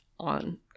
on